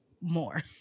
more